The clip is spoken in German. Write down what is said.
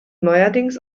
neuerdings